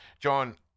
john